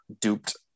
duped